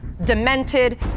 demented